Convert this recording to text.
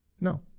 No